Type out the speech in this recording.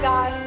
God